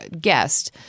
guest